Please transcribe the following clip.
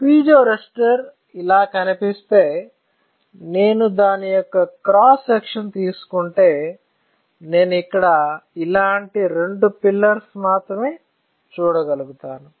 piezo resistor ఇలా కనిపిస్తే నేను దాని యొక్క క్రాస్ సెక్షన్ తీసుకుంటే నేను ఇక్కడ ఇలాంటి రెండు పిల్లర్స్ మాత్రమే చూడగలను